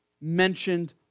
mentioned